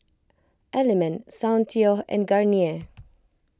Element Soundteoh and Garnier